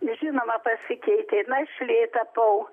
žinoma pasikeitė našlė tapau